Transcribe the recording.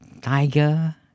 tiger